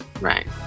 Right